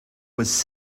was